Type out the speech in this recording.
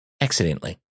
accidentally